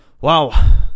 Wow